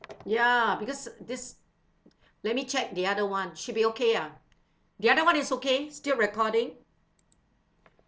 ya because this let me check the other [one] should be okay ah the other [one] is okay still recording